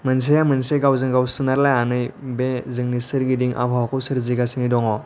मोनसेआ मोनसे गावजों गाव सोनारलायनानै बे जोंनि सोरगिदिं आबहावाखौ सोरजिगासिनो दङ